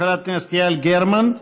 חברת הכנסת יעל גרמן,